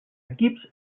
equips